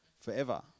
forever